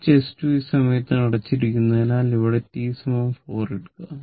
switch s2 ഈ സമയത്ത് അടച്ചിരിക്കുന്നതിനാൽ ഇവിടെ t 4 ഇടുക